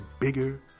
bigger